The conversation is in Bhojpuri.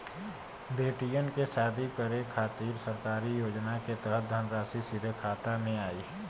बेटियन के शादी करे के खातिर सरकारी योजना के तहत धनराशि सीधे खाता मे आई?